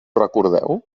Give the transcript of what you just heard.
recordeu